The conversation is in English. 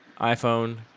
iPhone